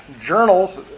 journals